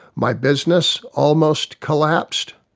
my business almost collapsed.